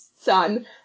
son